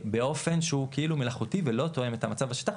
באופן שהוא כאילו מלאכותי ולא תואם את המצב בשטח,